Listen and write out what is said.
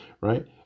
right